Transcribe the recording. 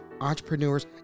entrepreneurs